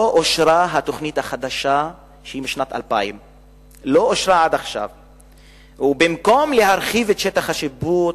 לא אושרה התוכנית החדשה משנת 2000. במקום להרחיב את שטח השיפוט,